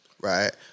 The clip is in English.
right